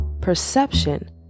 Perception